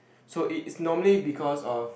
so it's normally because of